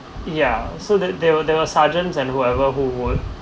ya so that there were there were sergeants and whoever who would